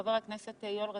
חבר הכנסת יואל רזבוזוב,